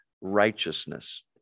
righteousness